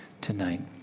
tonight